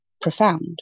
profound